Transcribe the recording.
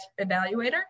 evaluator